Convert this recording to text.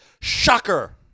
Shocker